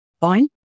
fine